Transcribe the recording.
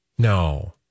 No